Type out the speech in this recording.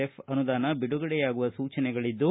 F ಅನುದಾನ ಬಿಡುಗಡೆಯಾಗುವ ಸೂಚನೆಗಳಿದ್ದು